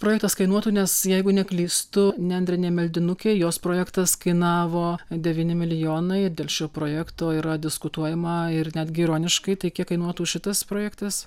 projektas kainuotų nes jeigu neklystu nendrinė meldinukė jos projektas kainavo devyni milijonai dėl šio projekto yra diskutuojama ir netgi ironiškai tai kiek kainuotų šitas projektas